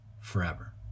forever